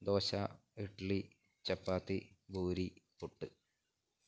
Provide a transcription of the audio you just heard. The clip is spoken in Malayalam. ദോശ ഇഡലി ചപ്പാത്തി പൂരി പുട്ട്